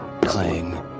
clang